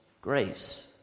grace